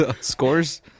Scores